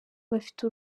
bafite